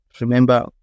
Remember